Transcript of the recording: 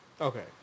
Okay